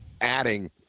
adding